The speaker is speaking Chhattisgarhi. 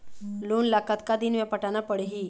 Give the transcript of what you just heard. लोन ला कतका दिन मे पटाना पड़ही?